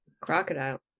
crocodile